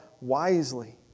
wisely